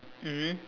mmhmm